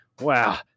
wow